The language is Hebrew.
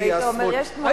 היית אומר: יש תנועת שמאל.